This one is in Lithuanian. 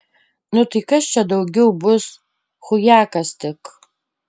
nu tai kas čia daugiau bus chujakas tik